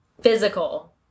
physical